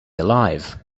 alive